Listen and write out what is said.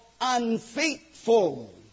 unfaithful